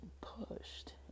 pushed